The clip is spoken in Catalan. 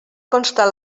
constar